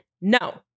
no